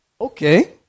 Okay